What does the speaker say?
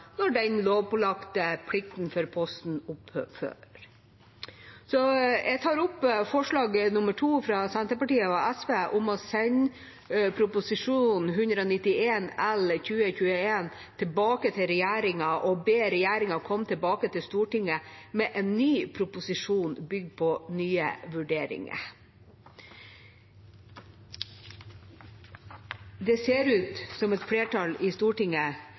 når den lovpålagte plikten for Posten opphører. Jeg tar opp forslag nr. 2, fra Senterpartiet og SV, om å sende Prop. 191 L for 2020–2021 tilbake til regjeringa og be regjeringa komme tilbake til Stortinget med en ny proposisjon, bygd på nye vurderinger. Det ser ut som om et flertall i Stortinget